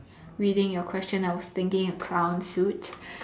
reading your question I was thinking a clown suit